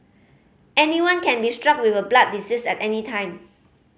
anyone can be struck with a blood disease at any time